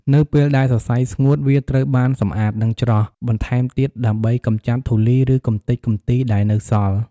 នៅពេលដែលសរសៃស្ងួត វាត្រូវបានសម្អាត និងច្រោះ បន្ថែមទៀតដើម្បីកម្ចាត់ធូលី ឬកម្ទេចកម្ទីដែលនៅសល់។